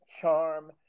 charm